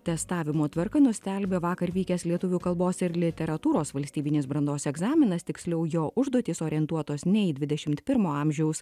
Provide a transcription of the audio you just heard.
testavimo tvarka nustelbė vakar vykęs lietuvių kalbos ir literatūros valstybinis brandos egzaminas tiksliau jo užduotys orientuotos ne į dvidešimt pirmo amžiaus